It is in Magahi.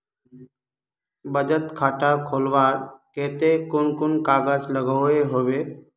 बचत खाता खोलवार केते कुन कुन कागज लागोहो होबे?